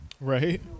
Right